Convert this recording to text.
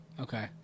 okay